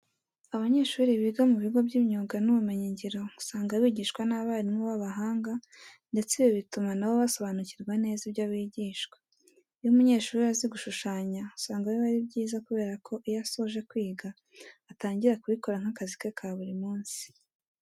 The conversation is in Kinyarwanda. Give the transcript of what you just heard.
Abanyeshuri biga mu bigo by'imyuga n'ubumenyingiro usanga bigishwa n'abarimu b'abahanga ndetse ibi bituma na bo basobanukirwa neza ibyo bigishwa. Iyo umunyeshuri azi gushushanya, usanga biba ari byiza kubera ko iyo asoje kwiga atangira kubikora nk'akazi ke ka buri munsi.